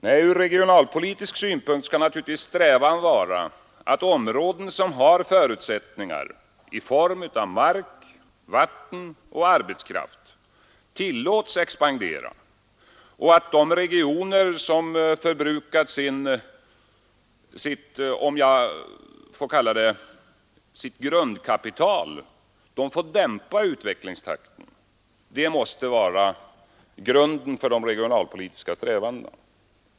Nej, från regionalpolitisk synpunkt skall naturligtvis strävan vara att områden som har förutsättningar i form av mark, vatten och arbetskraft tillåts expandera och att de regioner som förbrukat sitt — om jag får kalla det så — grundkapital får dämpa utvecklingstakten. Det måste vara grunden för de regionalpolitiska strävandena.